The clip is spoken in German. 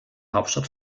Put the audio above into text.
hauptstadt